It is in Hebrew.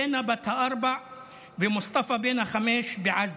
זינה בת הארבע ומוסטפא בן החמש בעזה.